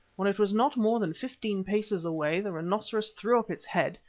when it was not more than fifteen paces away the rhinoceros threw up its head,